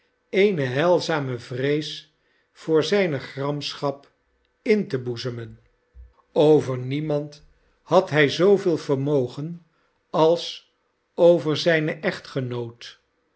eene heilzame vrees voor zijne gramschap in te boezemen over niemand had hij zooveel vermogen als over zijne echtgenoot